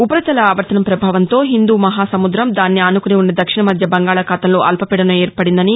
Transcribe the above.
ఉపరితల ఆవర్తనం ప్రభావంతో హిందూ మహాసముద్రం దాన్ని ఆనుకుని ఉన్న దక్షిణ మధ్య బంగాళాఖాతంలో అల్పపీడనం ఏర్పడిందని